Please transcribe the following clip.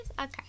Okay